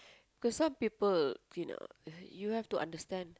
there's some people you know you you have to understand